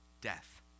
death